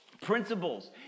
principles